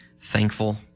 thankful